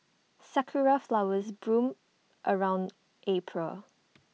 Sakura Flowers bloom around April